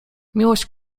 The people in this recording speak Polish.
miłość